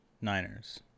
Niners